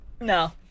No